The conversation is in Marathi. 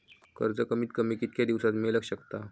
कर्ज कमीत कमी कितक्या दिवसात मेलक शकता?